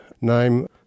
name